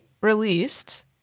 released